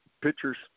pictures